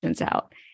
out